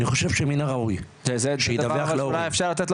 אני חושב שמין הראוי שידווח להורים.